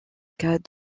cas